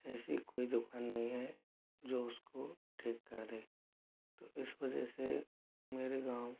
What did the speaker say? ऐसी कोई दुकान नहीं हैं जो उसको ठीक करे दे तो इस वजह से मेरे गाँव